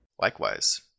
Likewise